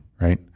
Right